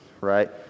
right